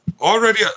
already